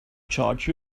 charge